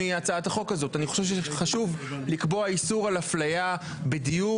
מהצעת החוק הזאת: אני חושב שחשוב לקבוע איסור על אפליה בדיור,